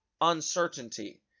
uncertainty